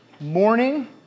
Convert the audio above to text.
Morning